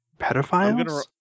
pedophiles